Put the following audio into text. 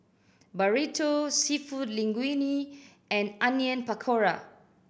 Burrito Seafood Linguine and Onion Pakora